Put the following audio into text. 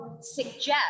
suggest